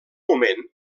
moment